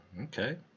Okay